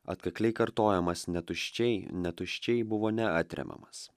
atkakliai kartojamas netuščiai netuščiai buvo neatremiamas